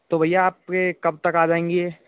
तो भैया आप ये कब तक या जायेंगी ये